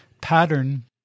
pattern